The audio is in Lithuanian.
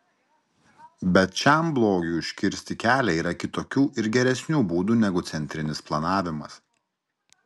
bet šiam blogiui užkirsti kelią yra kitokių ir geresnių būdų negu centrinis planavimas